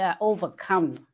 overcome